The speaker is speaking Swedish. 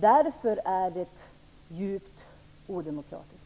Därför är det djupt odemokratiskt.